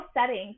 settings